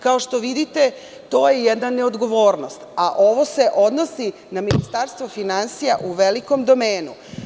Kao što vidite, to je jedna neodgovornost, a ovo se odnosi na Ministarstvo finansija u velikom domenu.